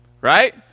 right